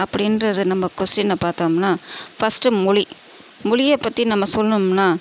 அப்படின்றது நம்ம கொஸ்டின்னா பார்த்தோம்னா ஃபஸ்ட் மொழி மொழியை பற்றி நம்ம சொல்லணும்னா